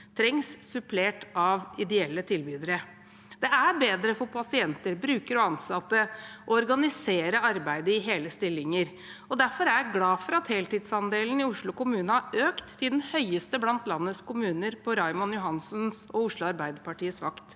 trengs, supplert av ideelle tilbydere. Det er bedre for pasienter, brukere og ansatte å organisere arbeidet i hele stillinger, og derfor er jeg glad for at heltidsandelen i Oslo kommune har økt til den høyeste blant landets kommuner på Raymond Johansen og Oslo Arbeiderpartis vakt.